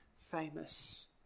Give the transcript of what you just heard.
famous